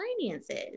finances